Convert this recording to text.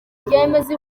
ry’imiyoborere